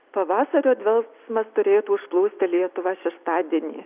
pavasario dvelksmas turėtų užplūsti lietuvą šeštadienį